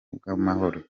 bw’amahoro